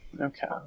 Okay